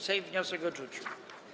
Sejm wniosek odrzucił.